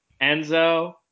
Enzo